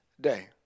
day